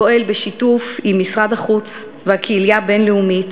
פועל בשיתוף עם משרד החוץ והקהילייה הבין-לאומית